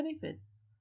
Benefits